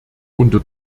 unter